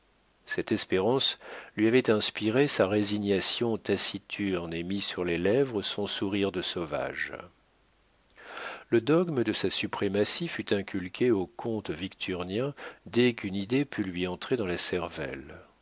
cette espérance lui avait inspiré sa résignation taciturne et mis sur les lèvres son sourire de sauvage le dogme de sa suprématie fut inculqué au comte victurnien dès qu'une idée put lui entrer dans la cervelle